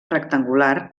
rectangular